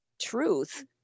truth